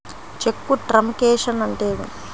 చెక్కు truncation అంటే ఏమిటి?